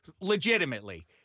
legitimately –